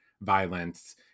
violence